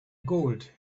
gold